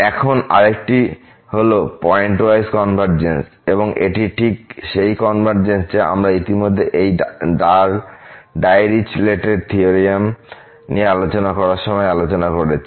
এখন আরেকটি হল পয়েন্টওয়াইজ কনভারজেন্স এবং এটি ঠিক সেই কনভারজেন্স যা আমরা ইতিমধ্যে এই ডাইরিচলেট থিওরেম নিয়ে আলোচনা করার সময় আলোচনা করেছি